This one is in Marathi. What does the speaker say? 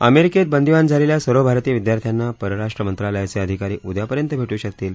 अमेरिकेत बंदिवान झालेल्या सर्व भारतीय विद्यार्थ्यांना परराष्ट्र मंत्रालयाचे अधिकारी उद्यापर्यंत भेटू शकतील